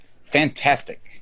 Fantastic